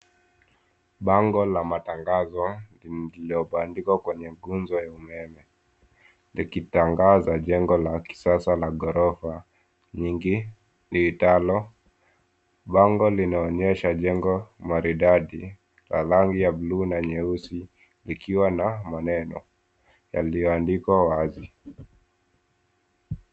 Bango la matangazo, iliyobandikwa kwenye nguzo ya umeme, likitangaza jengo la kisasa la ghorofa nyingi liitalo. Bango linaonyesha jengo maridadi la rangi ya buluu na nyeusi, ikiwa na maneno, yaliyoandikwa wazi.